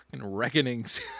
reckonings